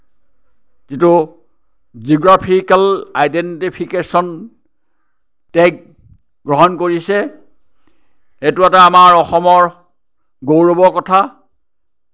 যিটো geographical identification tag গ্ৰহণ কৰিছে সেইটো এটা আমাৰ অসমৰ গৌৰৱৰ কথা